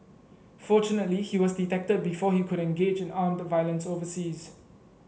fortunately he was detected before he could engage in armed violence overseas